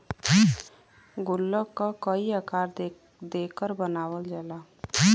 गुल्लक क कई आकार देकर बनावल जाला